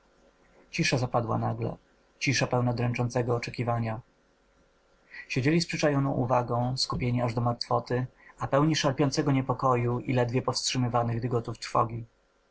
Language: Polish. cisza zapadła nagle cisza pełna dręczącego oczekiwania siedzieli z przyczajoną uwagą skupieni aż do martwoty a pełni szarpiącego niepokoju i ledwie powstrzymywanych dygotów trwogi